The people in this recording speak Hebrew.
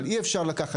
אבל אי אפשר לקחת,